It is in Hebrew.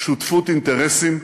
שותפות אינטרסים,